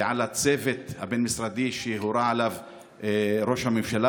ועל הצוות הבין-משרדי שהורה עליו ראש הממשלה.